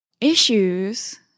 issues